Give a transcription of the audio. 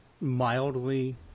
mildly